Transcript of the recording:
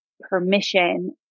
permission